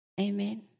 Amen